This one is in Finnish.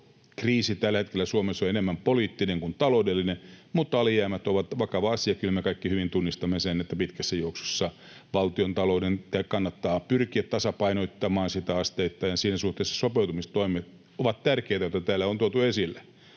Suomessa on enemmän poliittinen kuin taloudellinen. Mutta alijäämät ovat vakava asia. Kyllä me kaikki hyvin tunnistamme sen, että pitkässä juoksussa valtiontalouden kannattaa pyrkiä tasapainottamaan sitä asteittain. Siinä suhteessa sopeuttamistoimet, joita täällä on tuotu esille,